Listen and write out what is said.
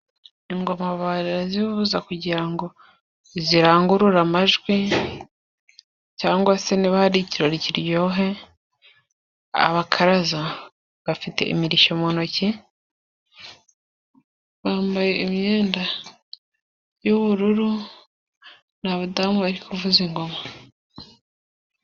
Ingoma barazivuza, kugira ngo zirangurure amajwi cyangwa se niba hari ikirori kiryohe, abakaraza bafite imirishyo mu ntoki, bambaye imyenda y'ubururu n'abadamu bari kuvuza ingoma.